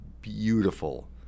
beautiful